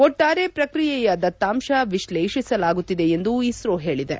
ಒಟ್ಲಾರೆ ಪ್ರಕ್ರಿಯೆಯ ದತ್ತಾಂಶ ವಿಶ್ಲೇಷಿಸಲಾಗುತ್ತಿದೆ ಎಂದು ಇಸ್ತೋ ತಿಳಿಸಿದೆ